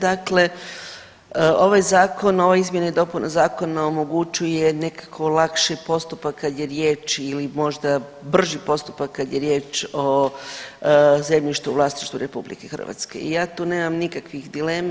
Dakle, ovaj zakon ove izmjene i dopune zakona omogućuje nekako lakši postupak kad je riječ ili možda brži postupak kad je riječ o zemljištu u vlasništvu RH i ja tu nemam nikakvih dilema.